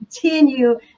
continue